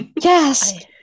Yes